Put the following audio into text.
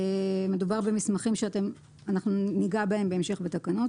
מדובר במסמכים שניגע בהם בהמשך בתקנות